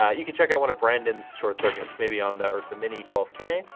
ah you can check out one of brandon's short circuits maybe on the ursa mini twelve k.